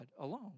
alone